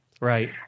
Right